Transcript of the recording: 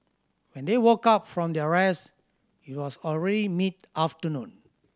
when they woke up from their rest it was already mid afternoon